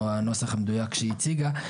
או הנוסח המדויק שהיא הציגה,